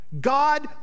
God